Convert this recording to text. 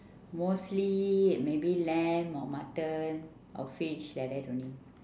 mostly maybe lamb or mutton or fish like that only